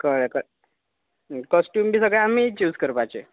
कळ्ळें क आनी कॉस्ट्यूम बी सगळे आमी चूज करपाचे